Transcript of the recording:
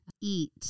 eat